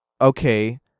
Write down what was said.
okay